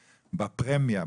בפרמיה,